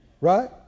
Right